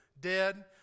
dead